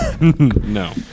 No